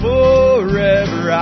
Forever